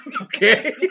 Okay